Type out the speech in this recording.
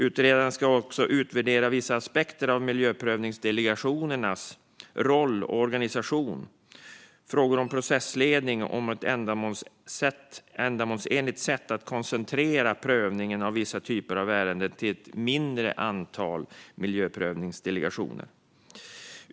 Utredaren ska också utvärdera vissa aspekter av miljöprövningsdelegationernas roll och organisation, till exempel frågor om processledning och om det är ändamålsenligt att koncentrera prövningen av vissa typer av ärenden till ett mindre antal miljöprövningsdelegationer.